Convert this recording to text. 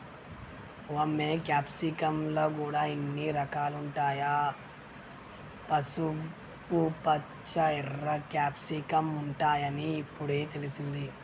వామ్మో క్యాప్సికమ్ ల గూడా ఇన్ని రకాలుంటాయా, పసుపుపచ్చ, ఎర్ర క్యాప్సికమ్ ఉంటాయని ఇప్పుడే తెలిసింది